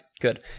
good